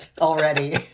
Already